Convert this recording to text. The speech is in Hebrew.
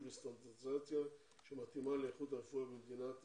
וסטנדרטיזציה שמתאימה לאיכות הרפואה במדינת ישראל.